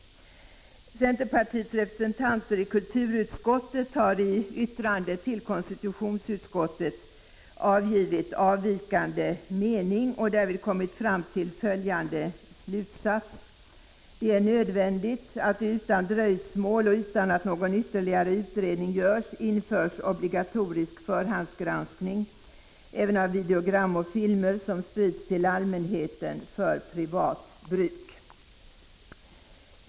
1985/86:48 Centerpartiets representanter i kulturutskottet har i yttrande till konstitu 10 december 1985 tionsutskottet avgivit avvikande mening och därvid kommit fram till 5 É OL Neoral Rön 2 Åtgärder mot slutsatsen att ”det är nödvändigt att det utan dröjsmål och utan att någon 3 VR våldsskildringar ytterligare utredning görs införs obligatorisk förhandsgranskning även av videogram och filmer som sprids till allmänheten för privat bruk”.